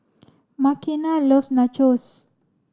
Makena loves Nachos